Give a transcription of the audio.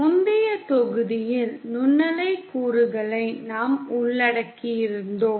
முந்தைய தொகுதியில் நுண்ணலை கூறுகளை நாம் உள்ளடக்கியிருந்தோம்